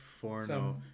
Forno